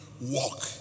walk